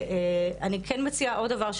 אני כן מציעה עוד דבר,